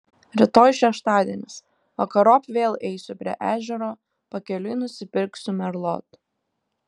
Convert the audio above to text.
rytoj šeštadienis vakarop vėl eisiu prie ežero pakeliui nusipirksiu merlot